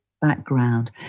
background